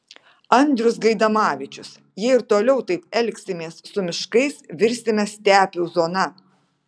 andrius gaidamavičius jei ir toliau taip elgsimės su miškais virsime stepių zona